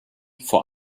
vor